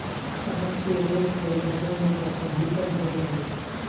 शहद के रोज खइला से मोटापा भी कम हो जाला